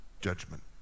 judgment